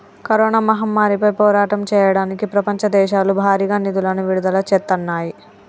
corona మహమ్మారిపై పోరాటం చెయ్యడానికి ప్రపంచ దేశాలు భారీగా నిధులను విడుదల చేత్తన్నాయి